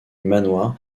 manoir